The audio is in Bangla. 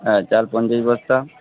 হ্যাঁ চাল পঞ্চাশ বস্তা